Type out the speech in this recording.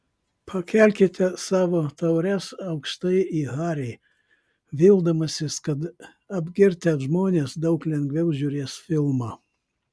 pakelkite savo taures aukštai į harį vildamasis kad apgirtę žmonės daug lengviau žiūrės filmą